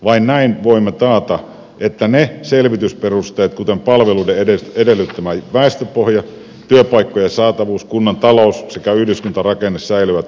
vain näin voimme taata että ne selvitysperusteet kuten palveluiden edellyttämä väestöpohja työpaikkojen saatavuus kunnan talous sekä yhdyskuntarakenne säilyvät tarkoituksenmukaisina